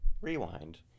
Rewind